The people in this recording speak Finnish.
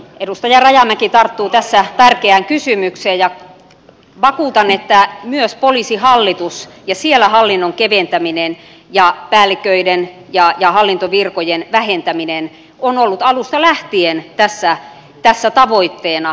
edustaja rajamäki tarttuu tässä tärkeään kysymykseen ja vakuutan että myös poliisihallitus ja siellä hallinnon keventäminen ja päälliköiden ja hallintovirkojen vähentäminen on ollut alusta lähtien tässä tavoitteena